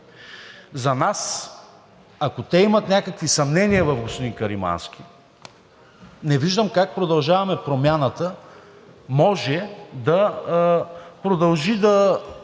За нас, ако те имат някакви съмнения в господин Каримански, не виждам как „Продължаваме Промяната“ може да продължи да